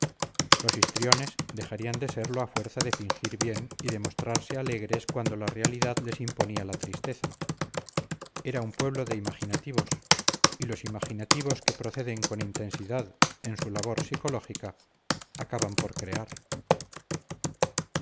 los histriones dejarían de serlo a fuerza de fingir bien y de mostrarse alegres cuando la realidad les imponía la tristeza era un pueblo de imaginativos y los imaginativos que proceden con intensidad en su labor psicológica acaban por crear